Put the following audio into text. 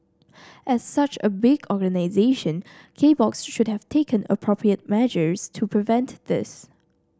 as such a big organisation K Box should have taken appropriate measures to prevent this